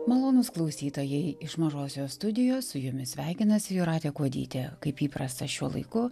malonūs klausytojai iš mažosios studijos su jumis sveikinasi jūratė kuodytė kaip įprasta šiuo laiku